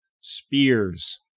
spears